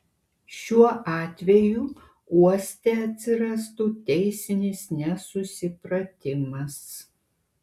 šiuo atveju uoste atsirastų teisinis nesusipratimas